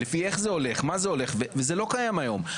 לפי איך זה הולך מה זה הולך וזה לא קיים היום,